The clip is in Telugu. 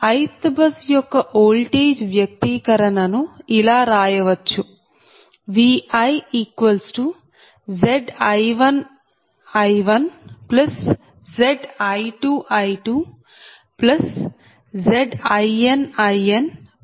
ith బస్ యొక్క ఓల్టేజ్ వ్యక్తీకరణ ని ఇలా రాయవచ్చు ViZi1I1Zi2I2ZinInZijIk